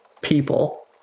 people